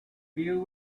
view